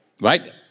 right